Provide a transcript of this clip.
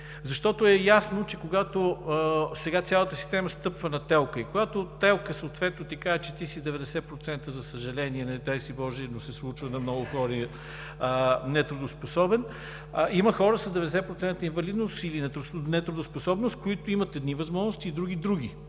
Защото е ясно, че когато сега цялата система стъпва на ТЕЛК-а и когато ТЕЛК-а съответно ти каже, че ти си 90%, за съжаление, не дай си Боже, но се случва на много хора, нетрудоспособен, има хора с 90% инвалидност или нетрудоспособност, които имат едни възможности, други – други.